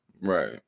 Right